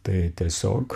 tai tiesiog